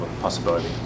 possibility